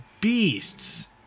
beasts